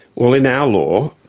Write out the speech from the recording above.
well, in our law,